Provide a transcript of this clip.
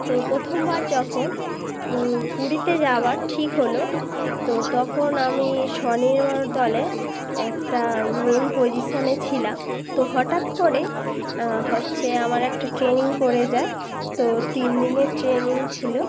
তো প্রথমবার যখন পুরীতে যাাবার ঠিক হলো তো তখন আমি স্বনির্ভর দলে একটা মেন পজিশানে ছিলাম তো হঠৎ করেই হচ্ছে আমার একটা ট্রেনিং পড়ে যায় তো তিন দিনের ট্রেনিং ছিলো